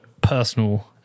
personal